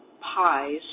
pies